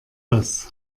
das